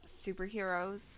superheroes